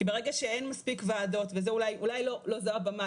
כי ברגע שאין מספיק ועדות ואולי לא זו הבמה,